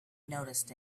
noticed